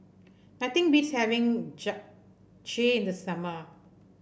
nothing beats having Japchae in the summer